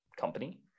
company